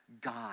God